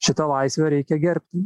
šitą laisvę reikia gerbti